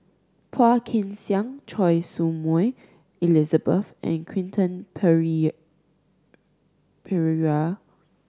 Phua Kin Siang Choy Su Moi Elizabeth and Quentin Pereira